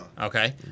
Okay